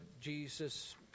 Jesus